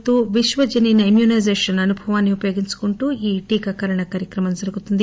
ఎన్ని కల కసరత్తు విశ్వజనీన ఇమ్యూనైజేషన్ అనుభవాన్ని ఉపయోగించుకుంటూ ఈ టీకా కార్యక్రమం జరుగుతుంది